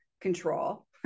control